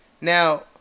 Now